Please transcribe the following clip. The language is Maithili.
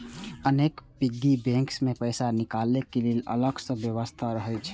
अनेक पिग्गी बैंक मे पैसा निकालै के लेल अलग सं व्यवस्था रहै छै